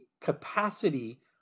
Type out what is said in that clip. capacity